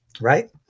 Right